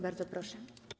Bardzo proszę.